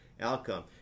outcome